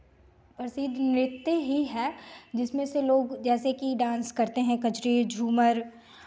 प्रसिद्ध नृत्य ही है जिसमें से लोग जैसे की डांस करते हैं कजरी झूमर